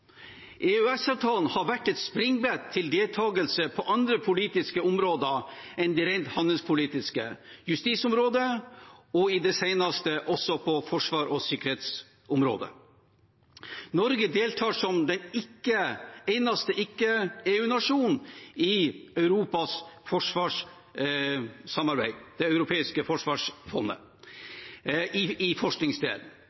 EØS-avtalen har vært et springbrett til deltakelse på andre politiske områder enn de rent handelspolitiske – på justisområdet og, i det siste, også på sikkerhets- og forsvarsområdet. Norge deltar, som den eneste ikke-EU-nasjon, i Europas forsvarssamarbeid gjennom forskningsdelen i Det europeiske